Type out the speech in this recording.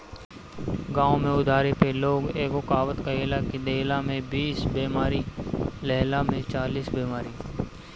गांव में उधारी पे लोग एगो कहावत कहेला कि देहला में बीस बेमारी, लेहला में चालीस बेमारी